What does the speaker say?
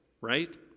right